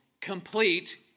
complete